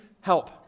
help